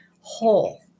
whole